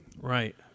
Right